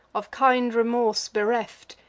of kind remorse bereft,